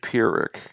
Pyrrhic